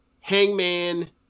Hangman